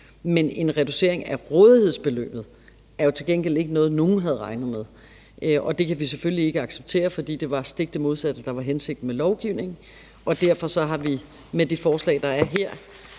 Men en reducering af rådighedsbeløbet er jo til gengæld ikke noget, nogen havde regnet med, og det kan vi selvfølgelig ikke acceptere, for det var det stik modsatte, der var hensigten med lovgivningen. Derfor har vi med det forslag, der er her,